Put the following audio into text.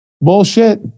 Bullshit